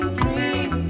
dream